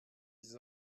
ils